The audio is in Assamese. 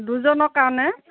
দুজনৰ কাৰণে